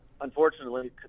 Unfortunately